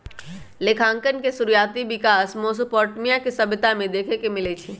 लेखांकन के शुरुआति विकास मेसोपोटामिया के सभ्यता में देखे के मिलइ छइ